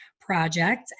project